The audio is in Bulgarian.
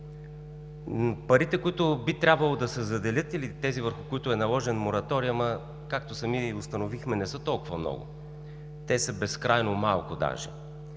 Парите, които би трябвало да се заделят или тези, върху които е наложен Мораториумът, както сами установихме, не са толкова много. Те даже са безкрайно малко.